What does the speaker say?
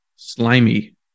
slimy